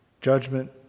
judgment